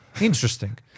Interesting